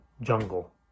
jungle